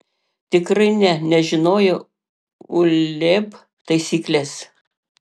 tikrai ne nes žinojau uleb taisykles